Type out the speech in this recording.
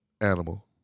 animal